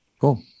Cool